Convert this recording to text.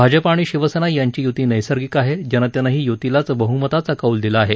भाजप आणि शिवसेना यांची युती नैसर्गिक आहे जनतेनंही युतीलाच बहुमताचा कौल दिला आहे